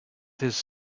his